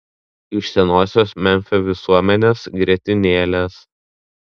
iš senosios memfio visuomenės grietinėlės